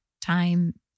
time